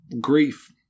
grief